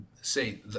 say